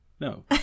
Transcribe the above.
no